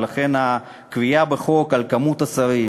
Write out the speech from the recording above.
ולכן הקביעה בחוק של מספר השרים